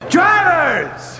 Drivers